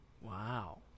Wow